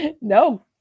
No